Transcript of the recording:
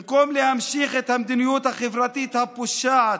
במקום להמשיך את המדיניות החברתית הפושעת